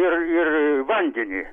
ir ir vandenį